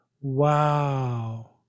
wow